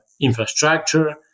infrastructure